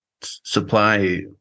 supply